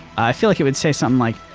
i feel like it would say something like,